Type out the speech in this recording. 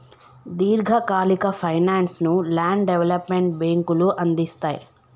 దీర్ఘకాలిక ఫైనాన్స్ ను land development బ్యేంకులు అందిస్తయ్